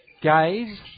Gaze